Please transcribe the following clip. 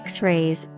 X-rays